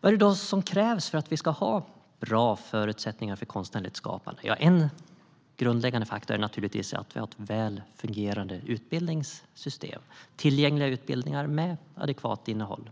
Vad är det då som krävs för att vi ska ha bra förutsättningar för konstnärligt skapande? Ja, en grundläggande faktor är naturligtvis att vi har ett väl fungerande utbildningssystem; tillgängliga utbildningar med adekvat innehåll.